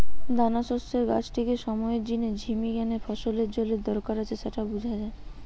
দানাশস্যের গাছটিকে সময়ের জিনে ঝিমি গ্যানে ফসলের জলের দরকার আছে স্যাটা বুঝা যায়